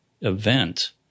event